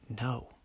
No